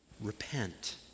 Repent